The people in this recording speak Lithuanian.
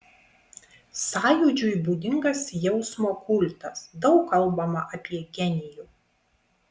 sąjūdžiui būdingas jausmo kultas daug kalbama apie genijų